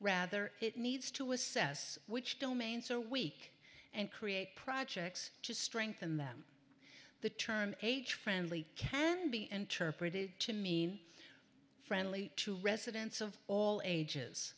rather it needs to assess which domains are weak and create projects to strengthen them the term age friendly can be interpreted to mean friendly to residents of all ages